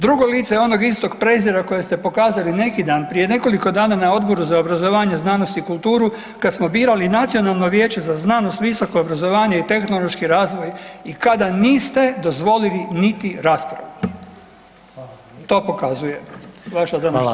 Drugo lice onog istog prezira koje ste pokazali neki dan prije nekoliko dana na Odboru za obrazovanje, znanost i kulturu kada smo birali Nacionalno vijeće za znanost, visoko obrazovanje i tehnološki razvoj i kada niste dozvolili niti raspravu to pokazuje vaša današnja rasprava.